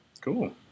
Cool